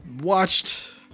watched